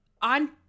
On